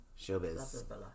Showbiz